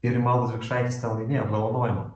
ir rimaldas vikšraitis ten laimėjo apdovanojimą